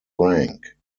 rank